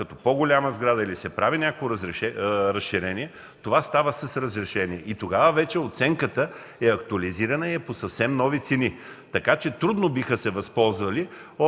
като по-голяма или се прави някакво разширение, това става с разрешение. Тогава вече оценката е актуализирана и е по съвсем нови цени. Така че трудно биха се възползвали